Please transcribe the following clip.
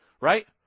right